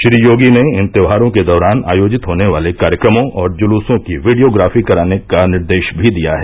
श्री योगी ने इन त्यौहारों के दौरान आयोजित होने वाले कार्यक्रमों और ज्लूसों की वीडियोग्राफ़ी कराने का निर्देश भी दिया है